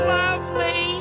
lovely